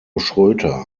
schroedter